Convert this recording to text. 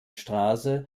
straße